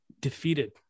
defeated